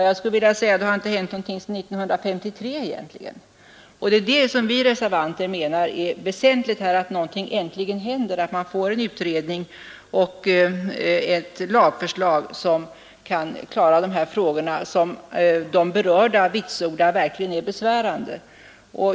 Jag skulle vilja säga att det egentligen inte har hänt någonting sedan 1953, och vi reservanter anser att det är väsentligt att någonting äntligen händer och man får en utredning och ett förslag till en lag till skydd mot ekonomiskt förtal.